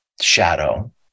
shadow